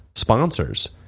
sponsors